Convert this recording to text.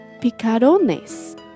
picarones